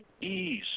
ease